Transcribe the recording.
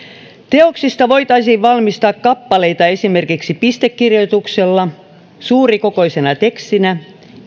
teoksista voitaisiin valmistaa kappaleita esimerkiksi pistekirjoituksella suurikokoi sena tekstinä